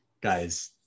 guys